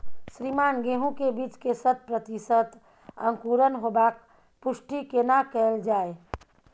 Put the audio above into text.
श्रीमान गेहूं के बीज के शत प्रतिसत अंकुरण होबाक पुष्टि केना कैल जाय?